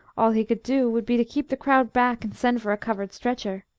all he could do would be to keep the crowd back and send for a covered stretcher.